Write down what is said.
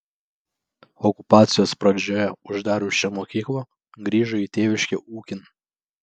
okupacijos pradžioje uždarius šią mokyklą grįžo į tėviškę ūkin